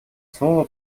слово